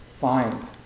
find